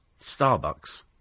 Starbucks